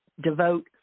Devote